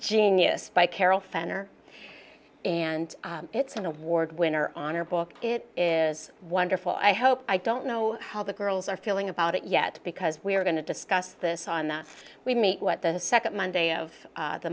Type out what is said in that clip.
genius by carol fenner and it's an award winner on her book it is wonderful i hope i don't know how the girls are feeling about it yet because we are going to discuss this on that we meet what the second monday of